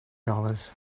dollars